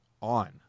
on